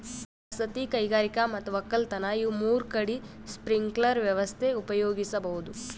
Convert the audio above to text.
ವಸತಿ ಕೈಗಾರಿಕಾ ಮತ್ ವಕ್ಕಲತನ್ ಇವ್ ಮೂರ್ ಕಡಿ ಸ್ಪ್ರಿಂಕ್ಲರ್ ವ್ಯವಸ್ಥೆ ಉಪಯೋಗಿಸ್ಬಹುದ್